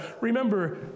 remember